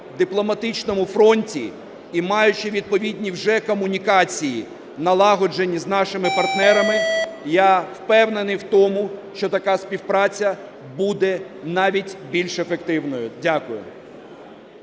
дипломатичному фронті і маючі відповідні вже комунікації налагоджені з нашими партнерами, я впевнений в тому, що така співпраця буде навіть більш ефективною. Дякую.